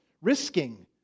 risking